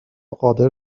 قادر